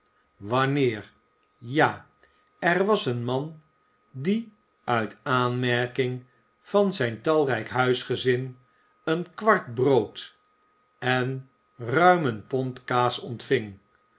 wanneer ja er was een man die uit aanmerking van zijn talrijk huisgezin een kwart brood en ruim een pond kaas ontving